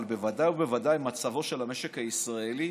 אבל בוודאי ובוודאי מצבו של המשק הישראלי,